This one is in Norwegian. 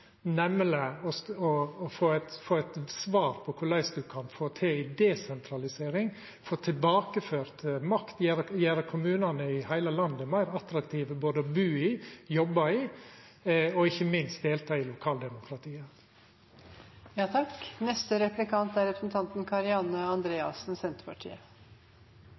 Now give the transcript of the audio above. å få eit svar på korleis ein kan få til ei desentralisering, få tilbakeført makt og gjera kommunane i heile landet meir attraktive både å bu i, jobba i og ikkje minst delta i